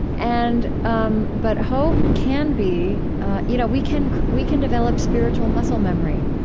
and um but hope can be you know we can we can develop spiritual muscle memory.